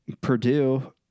Purdue